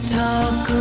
talk